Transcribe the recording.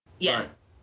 Yes